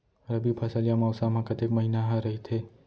रबि फसल या मौसम हा कतेक महिना हा रहिथे?